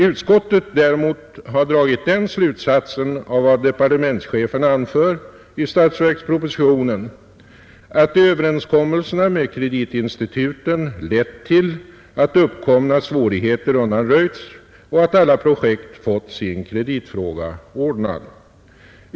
Utskottet däremot har dragit den slutsatsen av vad departementschefen anför i statsverkspropositionen att överenskommelserna med kreditinstituten har lett till att uppkomna svårigheter undanröjts och att alla projekt fått sin kreditfråga ordnad.